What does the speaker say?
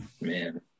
Man